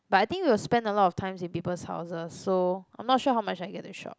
but I think we will spend a lot of time in people's houses so I'm not sure how much I get to shop